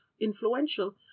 influential